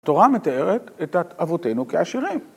התורה מתארת את אבותינו כעשירים.